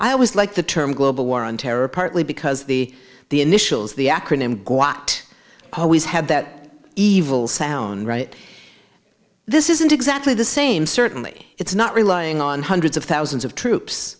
i was like the term global war on terror partly because the the initials the acronym go out always have that evil sound right this isn't exactly the same certainly it's not relying on hundreds of thousands of troops